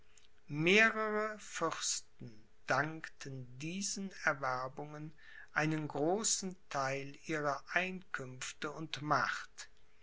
mehrere fürsten dankten diesen erwerbungen einen großen theil ihrer einkünfte und macht